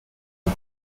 are